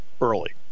early